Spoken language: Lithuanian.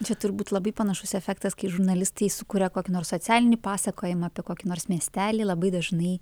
čia turbūt labai panašus efektas kai žurnalistai sukuria kokį nors socialinį pasakojimą apie kokį nors miestelį labai dažnai